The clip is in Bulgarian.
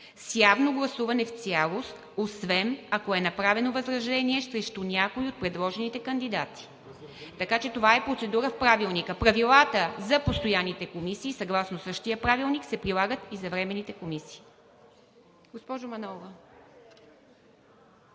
с явно гласуване в цялост, освен ако е направено възражение срещу някого от предложените кандидати. Така че това е процедура в Правилника. Правилата за постоянните комисии съгласно същия Правилник се прилагат и за временните комисии.